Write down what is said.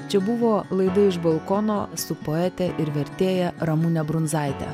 čia buvo laida iš balkono su poete ir vertėja ramune brundzaite